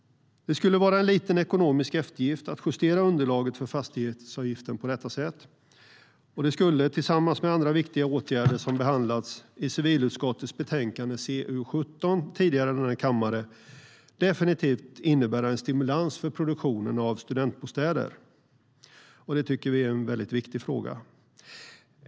Det skulle vara en liten ekonomisk eftergift att justera underlaget för fastighetsavgiften på detta sätt, och det skulle - tillsammans med andra viktiga åtgärder som behandlats i civilutskottets betänkande CU7 tidigare här i kammaren - definitivt innebära en stimulans för produktionen av studentbostäder. Det tycker vi är mycket viktigt.